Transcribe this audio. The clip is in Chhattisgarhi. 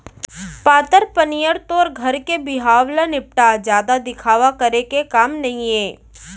पातर पनियर तोर घर के बिहाव ल निपटा, जादा दिखावा करे के काम नइये